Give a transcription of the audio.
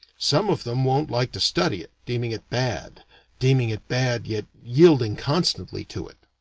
some of them won't like to study it, deeming it bad deeming it bad yet yielding constantly to it.